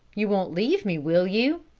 you won't leave me, will you?